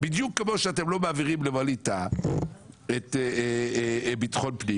בדיוק כמו שאתם לא מעבירים לווליד טאהא את ביטחון הפנים